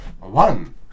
one